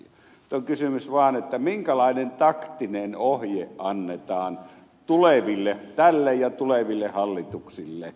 nyt on kysymys vaan siitä minkälainen taktinen ohje annetaan tälle hallitukselle ja tuleville hallituksille